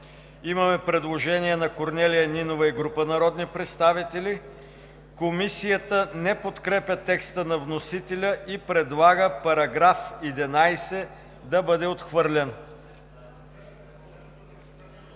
имаме предложение на Корнелия Нинова и група народни представители. Комисията не подкрепя текста на вносителя и предлага § 11 да бъде отхвърлен.